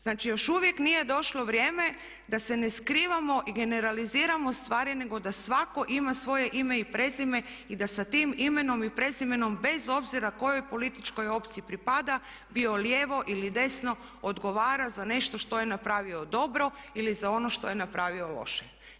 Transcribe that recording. Znači još uvijek nije došlo vrijeme da se ne skrivamo i generaliziramo stvari nego da svatko ima svoje ime i prezime i da sa tim imenom i prezimenom bez obzira kojoj političkoj opciji pripada, bio lijevo ili desno odgovara za nešto što je napravio dobro ili za ono što je napravio loše.